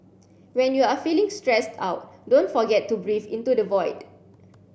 when you are feeling stressed out don't forget to breathe into the void